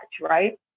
right